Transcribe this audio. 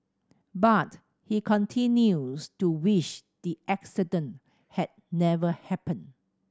but he continues to wish the accident had never happened